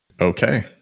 Okay